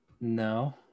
No